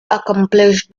accomplished